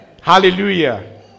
Hallelujah